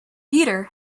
peter